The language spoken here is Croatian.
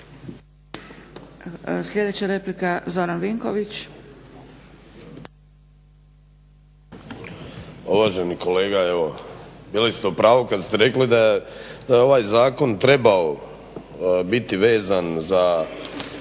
Sljedeća replika, Zoran Vinković.